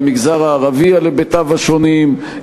למגזר הערבי על היבטיו השונים,